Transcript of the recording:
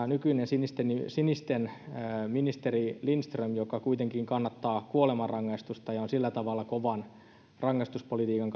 nykyinen sinisten sinisten ministeri lindström joka kuitenkin kannattaa kuolemanrangaistusta ja on sillä tavalla kovan rangaistuspolitiikan